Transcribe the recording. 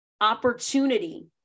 opportunity